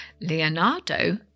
Leonardo